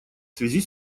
связи